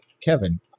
Kevin